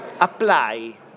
apply